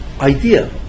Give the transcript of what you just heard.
idea